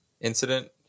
incident